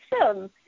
awesome